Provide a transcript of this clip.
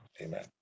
Amen